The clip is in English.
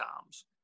times